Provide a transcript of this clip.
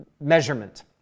measurement